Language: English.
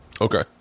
Okay